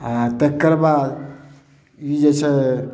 आ तकर बाद ई जे छै